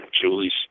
Julie's